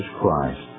Christ